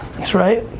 that's right.